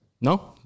no